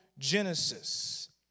Genesis